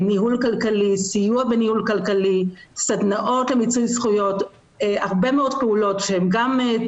נערוך דיון מהיר בנושא: "300 אלף חייבים חדשים בהוצאה לפועל החייבים